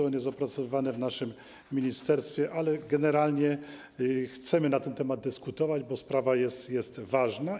Ono jest opracowywane w naszym ministerstwie, ale generalnie chcemy na ten temat dyskutować, bo sprawa jest ważna.